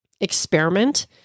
experiment